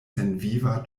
senviva